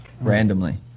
randomly